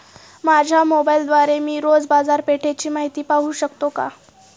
माझ्या मोबाइलद्वारे मी रोज बाजारपेठेची माहिती पाहू शकतो का?